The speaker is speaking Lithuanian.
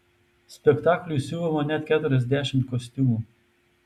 spektakliui siuvama net keturiasdešimt kostiumų